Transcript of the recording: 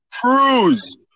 cruise